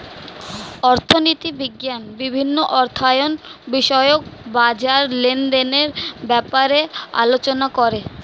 অর্থনীতি বিজ্ঞান বিভিন্ন অর্থায়ন বিষয়ক বাজার লেনদেনের ব্যাপারে আলোচনা করে